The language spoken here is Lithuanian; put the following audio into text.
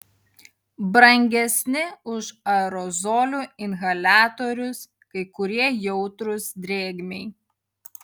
brangesni už aerozolių inhaliatorius kai kurie jautrūs drėgmei